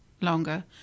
longer